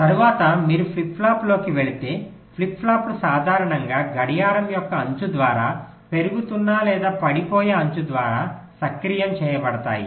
తరువాత మీరు ఫ్లిప్ ఫ్లాప్లోకి వెళితే ఫ్లిప్ ఫ్లాప్లు సాధారణంగా గడియారం యొక్క అంచు ద్వారా పెరుగుతున్న లేదా పడిపోయే అంచు ద్వారా సక్రియం చేయబడతాయి